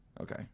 Okay